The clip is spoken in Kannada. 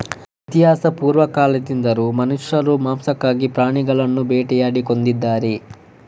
ಇತಿಹಾಸಪೂರ್ವ ಕಾಲದಿಂದಲೂ ಮನುಷ್ಯರು ಮಾಂಸಕ್ಕಾಗಿ ಪ್ರಾಣಿಗಳನ್ನು ಬೇಟೆಯಾಡಿ ಕೊಂದಿದ್ದಾರೆ